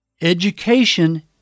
Education